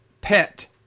pet